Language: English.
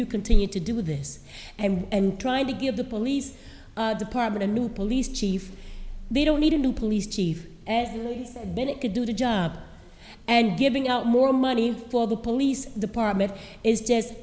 you continue to do this and try to give the police department a new police chief they don't need a new police chief bennett could do the job and giving out more money for the police department is just